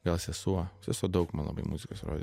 gal sesuo sesuo daug man labai muzikos rodė